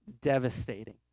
devastating